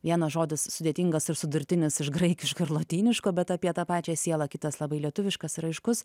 vienas žodis sudėtingas ir sudurtinis iš graikiško ir lotyniško bet apie tą pačią sielą kitas labai lietuviškas raiškus